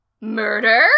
Murder